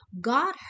God